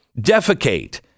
defecate